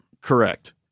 Correct